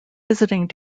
visiting